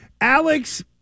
Alex